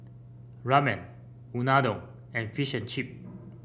Ramen Unadon and Fish and Chip